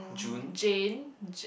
Jane j~